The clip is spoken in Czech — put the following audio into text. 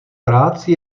práci